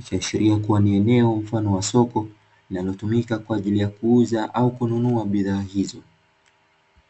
ikiashiria kuwa ni eneo mfano wa soko linalotumika kwa ajili ya kuuza au kununua bidhaa hizo.